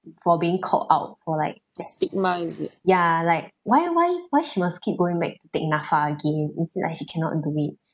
for being called out or like ya like why why why she must keep going back to take NAPFA again and say ah she cannot do it